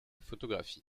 photographie